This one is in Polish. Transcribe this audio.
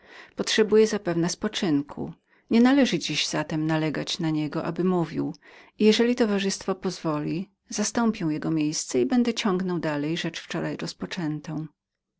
potrzebuje zapewne spoczynku nie należy dziś zatem nalegać na niego aby mówił i jeżeli towarzystwo pozwoli zastąpię jego miejsce i będę ciągnął dalej rzecz wczoraj